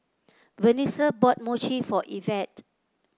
Venessa bought Mochi for Ivette